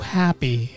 happy